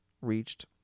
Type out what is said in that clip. reached